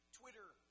Twitter